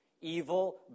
Evil